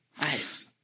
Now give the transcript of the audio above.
Nice